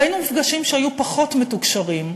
ראינו מפגשים שהיו פחות מתוקשרים,